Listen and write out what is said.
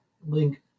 link